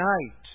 night